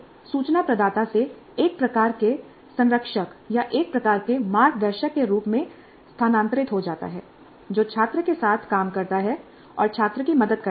यह एक सूचना प्रदाता से एक प्रकार के संरक्षक या एक प्रकार के मार्गदर्शक के रूप में स्थानांतरित हो जाता है जो छात्र के साथ काम करता है और छात्र की मदद करता है